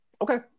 okay